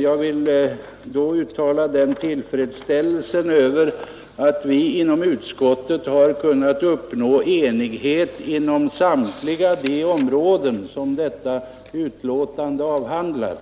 Jag vill uttala tillfredsställelse över att vi inom utskottet har kunnat uppnå enighet inom samtliga de områden som detta betänkande avhandlar.